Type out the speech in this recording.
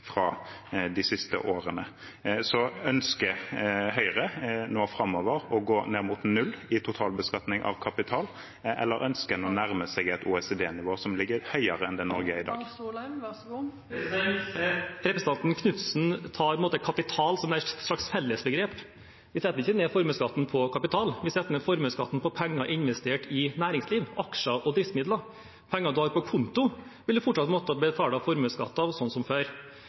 fra de siste årene. Ønsker Høyre nå framover å gå ned mot null i totalbeskatning av kapital, eller ønsker en å nærme seg et OECD-nivå, som ligger høyere enn der Norge er i dag? Representanten Knutsen ser på en måte på «kapital» som et slags fellesbegrep. Vi setter ikke ned formuesskatten på kapital, vi setter ned formuesskatten på penger investert i næringsliv, aksjer og driftsmidler. Penger man har på konto, vil man fortsatt måtte betale formuesskatt av, sånn som før.